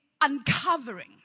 uncovering